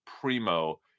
Primo